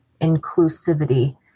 inclusivity